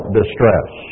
distress